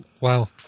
wow